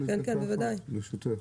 בהמשך.